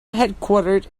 headquartered